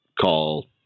call